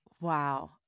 Wow